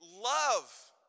love